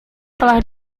telah